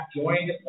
joined